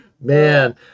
Man